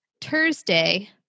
Thursday